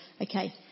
Okay